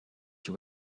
you